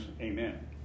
amen